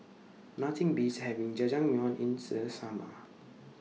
Nothing Beats having Jajangmyeon in The Summer